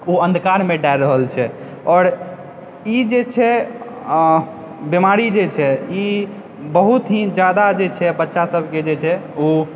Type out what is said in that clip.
ओ अंधकार मे डालि रहल छै आओर ई जे छै बीमारी जे छै ई बहुत ही जादा जे छै बच्चा सबके जे छै ओ